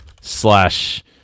slash